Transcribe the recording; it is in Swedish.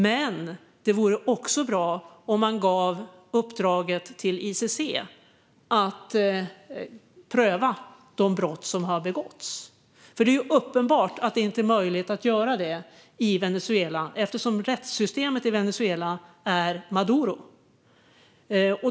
Men det vore också bra om man gav uppdraget till ICC att pröva de brott som har begåtts. Det är uppenbart att det inte är möjligt att göra det i Venezuela, eftersom rättssystemet i Venezuela är Maduro.